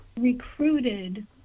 recruited